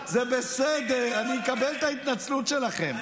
זה בסדר, אני אקבל את ההתנצלות שלכם.